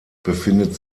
befindet